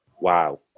Wow